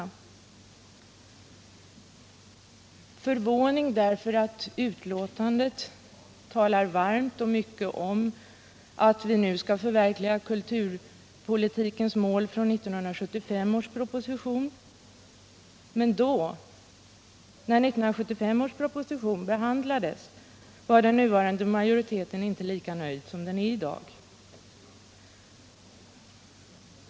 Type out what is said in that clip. Jag är förvånad också därför att det i betänkandet talas varmt och = Nr 33 mycket om att vi nu skall förverkliga kulturpolitikens mål från 1975 års proposition. Men när 1975 års proposition behandlades var den nuvarande majoriteten inte lika nöjd som den förefaller vara i dag.